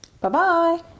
Bye-bye